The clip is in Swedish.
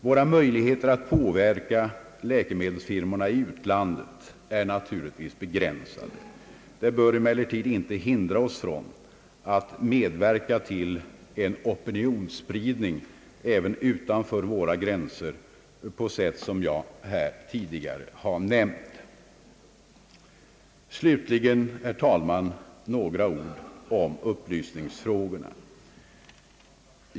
Våra möjligheter att påverka läkemedelsföretag i utlandet är naturligtvis begränsade, men det bör inte hindra oss från att medverka till en opinionsspridning även utanför våra gränser på sätt som jag här tidigare har nämnt. Så några ord om upplysningsfrågorna.